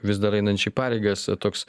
vis dar einančiai pareigas toks